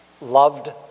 loved